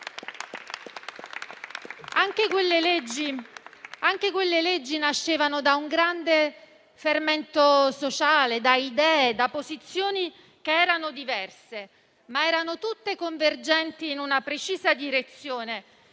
Anche quelle leggi nascevano da un grande fermento sociale, idee e posizioni diverse, ma tutte convergenti in una precisa direzione